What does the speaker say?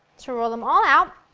to roll them all out.